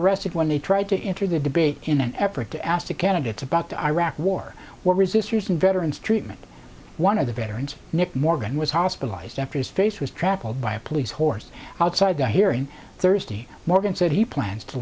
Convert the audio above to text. arrested when they tried to enter the debate in an effort to ask the candidates about the iraq war were resistors and veterans treatment one of the veterans nick morgan was hospitalized after his face was travelled by a police horse outside the hearing thursday morgan said he plans to